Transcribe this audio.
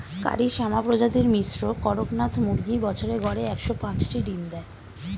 কারি শ্যামা প্রজাতির মিশ্র কড়কনাথ মুরগী বছরে গড়ে একশ পাঁচটি ডিম দেয়